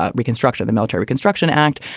ah reconstruction, the military reconstruction act,